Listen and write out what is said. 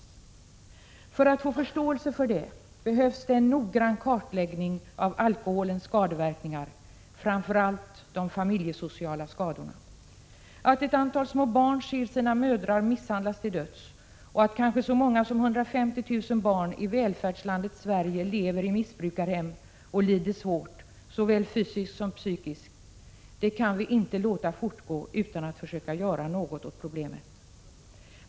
Om man skall få förståelse för detta behövs det en noggrann kartläggning av alkoholens skadeverkningar, framför allt av de familjesociala skadorna. Att ett antal små barn ser sina mödrar misshandlas till döds och att kanske så många som 150 000 barn i välfärdslandet Sverige lever i missbrukarhem och lider svårt, såväl fysiskt som psykiskt, är någonting som vi inte kan låta fortgå utan att försöka göra något åt problemet.